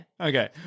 Okay